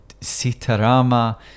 Sitarama